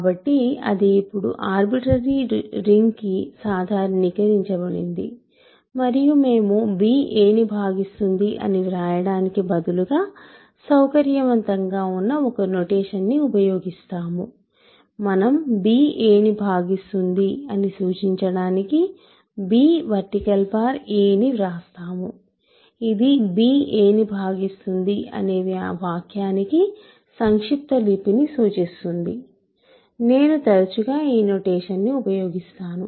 కాబట్టి అది ఇప్పుడు ఆర్బిట్రరి రింగ్కి సాధారణీకరించబడింది మరియు మేము b a ని భాగిస్తుంది అని వ్రాయడానికి బదులుగా సౌకర్యవంతంగా ఉన్న ఒక నోటేషన్ ని ఉపయోగిస్తాము మనం b a ని భాగిస్తుంది అని సూచించటానికి b వర్టీకల్ బార్ a ని వ్రాస్తాము ఇది b a ని భాగిస్తుంది అనే వాక్యానికి సంక్షిప్తలిపిని సూచిస్తుంది నేను తరచుగా ఈ నోటేషన్ ను ఉపయోగిస్తాను